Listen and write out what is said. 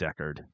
Deckard